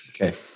Okay